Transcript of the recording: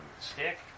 Stick